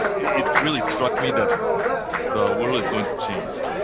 it really struck me that the world is going to change.